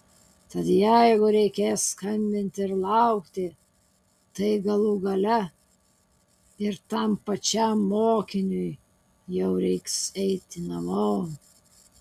tai jeigu reikės skambinti ir laukti tai galų gale ir tam pačiam mokiniui jau reiks eiti namo